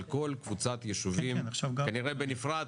על כל קבוצת ישובים כנראה בנפרד,